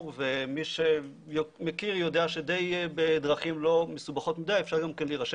ומי שמכיר יודע שדי בדרכים לא מסובכות מדי אפשר גם להירשם